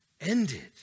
ended